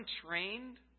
untrained